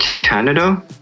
Canada